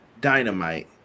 dynamite